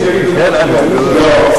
לא,